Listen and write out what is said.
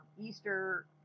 Easter